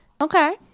Okay